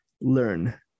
learn